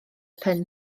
pen